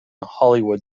hollywood